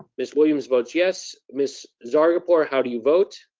miss williams votes yes. miss zargarpur, how do you vote?